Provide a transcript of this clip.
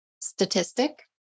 statistic